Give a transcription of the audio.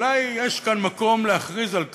אולי יש מקום להכריז על כך,